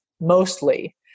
mostly